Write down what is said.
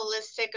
holistic